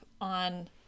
on